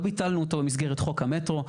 לא ביטלנו אותו במסגרת חוק המטרו.